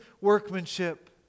workmanship